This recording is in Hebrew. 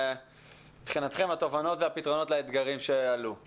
התובנות והפתרונות לאתגרים שעלו.